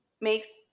makes